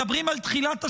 מדברים על תחילת השנה,